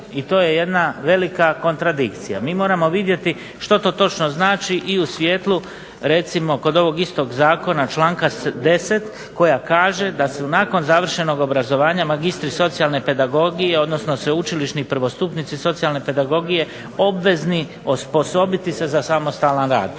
i to je jedna velika kontradikcija. Mi moramo vidjeti što to točno znači i u svjetlu recimo kod ovog istog zakona, članka 10., koja kaže da su nakon završenog obrazovanja magistri socijalne pedagogije odnosno sveučilišni prvostupnici socijalne pedagogije obvezni osposobiti se za samostalan rad.